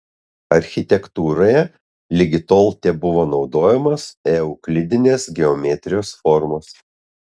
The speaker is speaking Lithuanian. architektūroje ligi tol tebuvo naudojamos euklidinės geometrijos formos